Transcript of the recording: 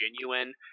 genuine